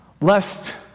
lest